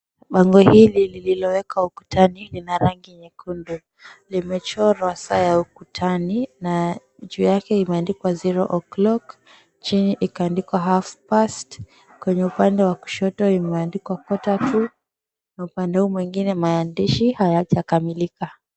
Bango hili lililowekwa ukutani lina rangi nyekundu, limechorwa saa ya ukutani na juu yake imeandikwa, Zero O'clock, chini ikaandikwa, Half Past. Kwenye upande wa kushoto imeandikwa, Quarter to, na upande huu mwingine maandishi hayajakamilika.